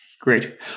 Great